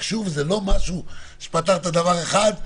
מחשוב זה לא משהו שפתרת דבר אחד.